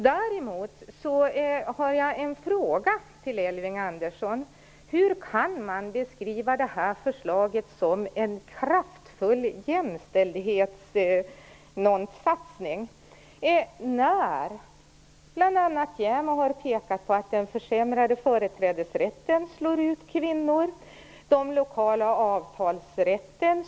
Sedan har jag en fråga till Elving Andersson: Hur kan det här förslaget beskrivas som en kraftfull jämställdhetssatsning? Bl.a. JämO har ju pekat på att den försämrade företrädesrätten gör att kvinnor slås ut. Det gör också den lokala avtalsrätten.